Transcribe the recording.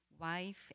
wife